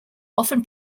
often